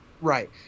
Right